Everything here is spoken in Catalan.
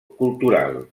cultural